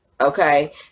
okay